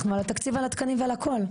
אנחנו על התקציב ועל התקנים ועל הכל.